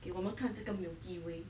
给我们看这个 milky way